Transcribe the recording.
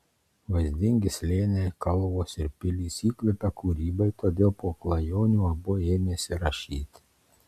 vaizdingi slėniai kalvos ir pilys įkvepia kūrybai todėl po klajonių abu ėmėsi rašyti